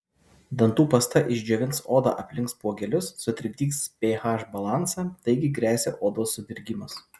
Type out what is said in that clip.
dantų pasta išdžiovins odą aplink spuogelius sutrikdys ph balansą taigi gresia odos sudirgimas